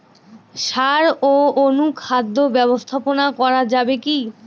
সাড় ও অনুখাদ্য ব্যবস্থাপনা করা যাবে কি?